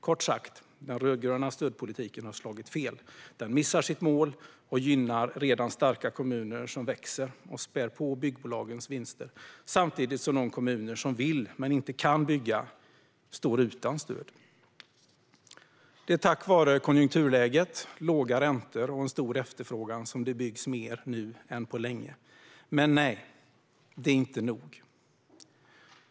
Kort sagt har den rödgröna stödpolitiken slagit fel. Den missar sitt mål och gynnar redan starka kommuner som växer. Den spär på byggbolagens vinster. Samtidigt står de kommuner som vill men inte kan bygga utan stöd. Det är tack vare konjunkturläget, låga räntor och stor efterfrågan som det byggs mer nu än på länge. Men nej, det är inte nog.